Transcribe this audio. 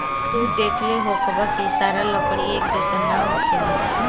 तू देखले होखबऽ की सारा लकड़ी एक जइसन ना होखेला